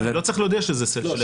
לא צריך להודיע שזה של עסק.